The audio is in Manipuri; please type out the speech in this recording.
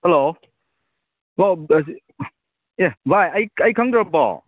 ꯍꯦꯜꯂꯣ ꯑꯣ ꯑꯁꯤ ꯑꯦ ꯚꯥꯏ ꯑꯩ ꯑꯩ ꯈꯪꯗ꯭ꯔꯕꯣ